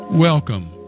Welcome